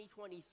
2023